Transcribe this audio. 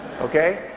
Okay